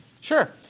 Sure